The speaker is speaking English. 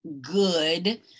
good